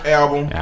album